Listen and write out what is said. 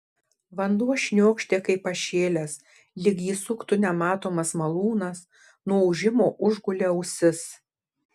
vanduo šniokštė kaip pašėlęs lyg jį suktų nematomas malūnas nuo ūžimo užgulė ausis